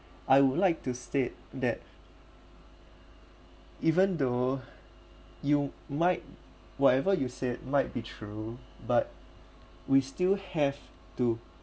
I would like to state that even though you might whatever you said might be true but we still have to